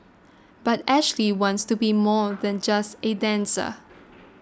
but Ashley wants to be more than just a dancer